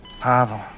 Pavel